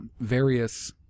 various